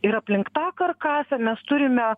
ir aplink tą karkasą mes turime